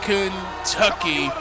Kentucky